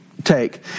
take